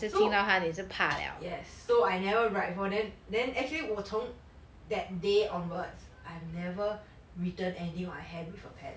so yes so I never write before then then actually 我从 that day onwards I've never written anything on my hand with a pen